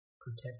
Protect